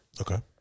Okay